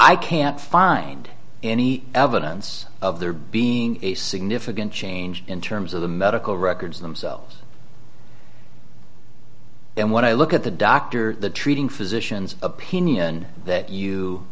i can't find any evidence of there being a significant change in terms of the medical records themselves and when i look at the doctor treating physicians opinion that you